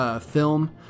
film